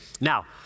Now